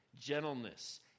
gentleness